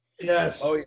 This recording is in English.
Yes